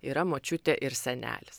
yra močiutė ir senelis ar